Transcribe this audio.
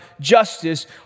justice